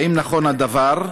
1. האם נכון הדבר?